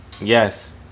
yes